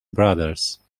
brothers